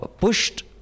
pushed